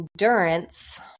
endurance